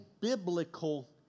biblical